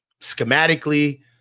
schematically